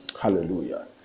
hallelujah